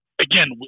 Again